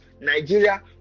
Nigeria